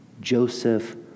Joseph